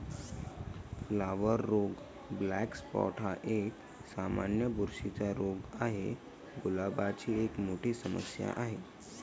flower रोग black spot हा एक, सामान्य बुरशीचा रोग आहे, गुलाबाची एक मोठी समस्या आहे